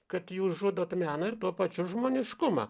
kad jūs žudot meną ir tuo pačiu žmoniškumą